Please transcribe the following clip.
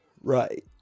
Right